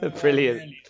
brilliant